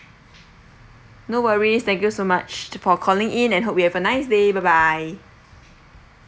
no worries thank you so much to for calling in and hope you have a nice day bye bye